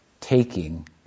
taking